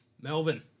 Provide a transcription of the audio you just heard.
Melvin